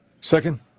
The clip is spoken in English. Second